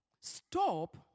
Stop